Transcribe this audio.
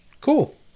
cool